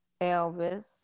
Elvis